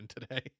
today